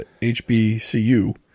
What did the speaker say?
HBCU